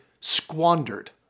squandered